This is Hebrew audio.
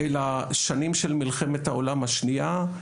אלא שנים של מלחמת העולם השנייה,